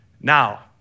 Now